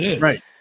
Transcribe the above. Right